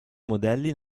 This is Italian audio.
modelli